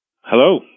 Hello